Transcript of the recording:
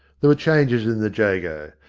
there were changes in the j ago.